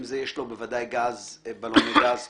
בוודאי אם יש לו בלוני גז פרטיים,